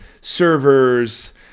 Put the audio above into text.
servers